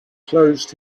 closed